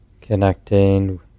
connecting